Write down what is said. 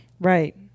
Right